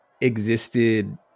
existed